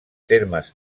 termes